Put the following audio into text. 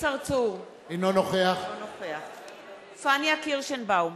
צרצור, אינו נוכח פניה קירשנבאום,